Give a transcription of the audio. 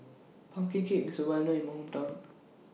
Pumpkin Cake IS Well known in My Hometown